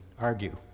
argue